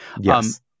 Yes